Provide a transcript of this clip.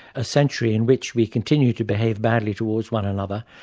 a century in which we continued to behave badly towards one another,